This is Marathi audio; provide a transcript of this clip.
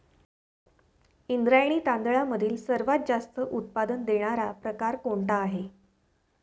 इंद्रायणी तांदळामधील सर्वात जास्त उत्पादन देणारा प्रकार कोणता आहे?